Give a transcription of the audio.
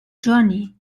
journey